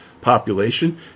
population